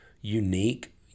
unique